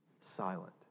silent